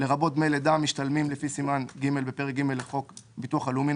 לרבות דמי לידה המשתלמים לפי סימן ג' בפרק ג' לחוק הביטוח הלאומי ,